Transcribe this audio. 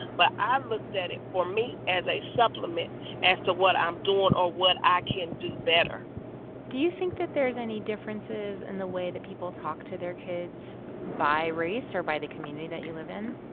but i looked at it, for me, as a supplement as to what i'm doing or what i can do better do you think that there's any differences in the way that people talk to their kids by race or by the community that you live in?